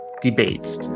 debate